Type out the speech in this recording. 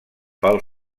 pel